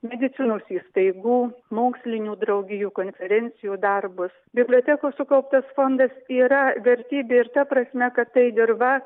medicinos įstaigų mokslinių draugijų konferencijų darbus bibliotekos sukauptas fondas yra vertybė ir ta prasme kad tai dirva